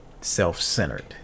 self-centered